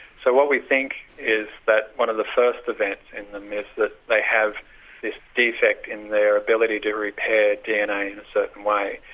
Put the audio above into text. so what we think is that one of the first events in them is that they have this defect in their ability to repair dna in a certain way.